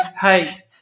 hate